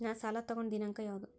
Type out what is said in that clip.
ನಾ ಸಾಲ ತಗೊಂಡು ದಿನಾಂಕ ಯಾವುದು?